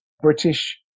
British